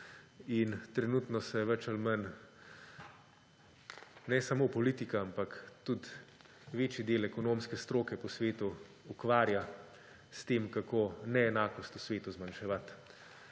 Trenutno se bolj ali manj ne samo politika, ampak tudi večji del ekonomske stroke po svetu ukvarja s tem, kako neenakost v svetu zmanjševati.